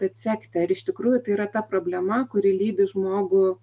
atsekti ar iš tikrųjų tai yra ta problema kuri lydi žmogų